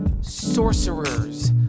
sorcerers